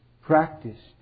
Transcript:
practiced